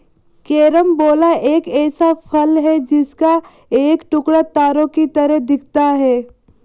carambola एक ऐसा फल है जिसका एक टुकड़ा तारों की तरह दिखता है